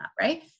Right